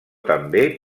també